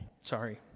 Sorry